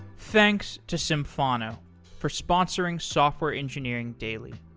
thanks to symphono for sponsoring software engineering daily.